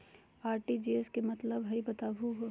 RTGS के का मतलब हई, बताहु हो?